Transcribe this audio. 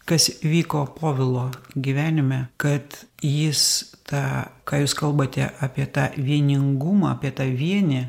kas vyko povilo gyvenime kad jis tą ką jūs kalbate apie tą vieningumą apie tą vienį